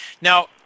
Now